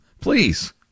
Please